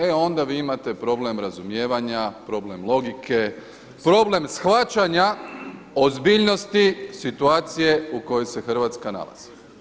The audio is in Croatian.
E onda vi imate problem razumijevanja, problem logike, problem shvaćanja ozbiljnosti situacije u kojoj se Hrvatska nalazi.